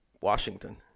Washington